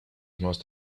must